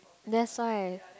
that's why